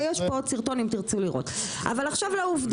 יש פה עוד סרטון אם תרצו לראות.